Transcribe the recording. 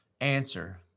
answer